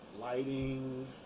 lighting